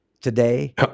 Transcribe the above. today